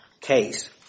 case